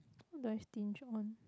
what do I stinge on